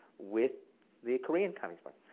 with the korean communist but